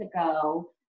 ago